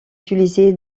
utilisé